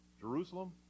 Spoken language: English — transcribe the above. Jerusalem